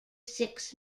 six